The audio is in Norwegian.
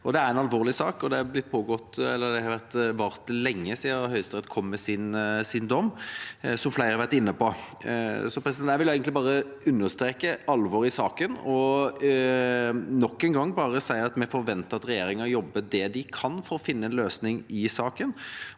Det er en alvorlig sak, og den har vart lenge, helt siden Høyesterett kom med sin dom, som flere har vært inne på. Jeg vil egentlig bare understreke alvoret i saken og nok en gang si at vi forventer at regjeringa jobber det de kan for å finne en løsning i saken.